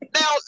now